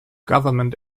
government